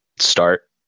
start